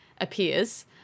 appears